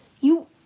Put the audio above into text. You-